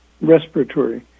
respiratory